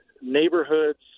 neighborhoods